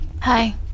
Hi